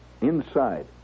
Inside